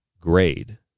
grade